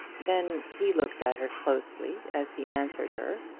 then he looked at her closely as he answered her.